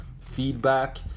feedback